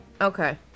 Okay